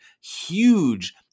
huge